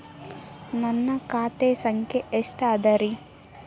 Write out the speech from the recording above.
ನನ್ನ ಖಾತೆ ಸಂಖ್ಯೆ ಎಷ್ಟ ಅದರಿ?